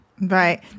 Right